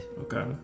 Okay